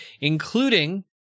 including